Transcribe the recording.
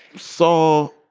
saw